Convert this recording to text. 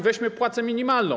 Weźmy płacę minimalną.